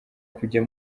kujya